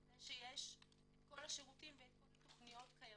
כך שכל השירותים וכל התכניות קיימות,